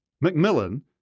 Macmillan